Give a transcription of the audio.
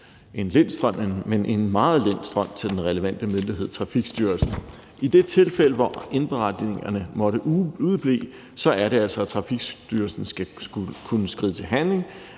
en lind strøm, men i en meget lind strøm til den relevante myndighed, Trafikstyrelsen. I de tilfælde, hvor indberetningerne måtte udeblive, er det altså, at Trafikstyrelsen skal kunne skride til handling